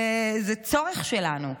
זה צורך שלנו.